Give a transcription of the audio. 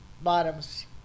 bottoms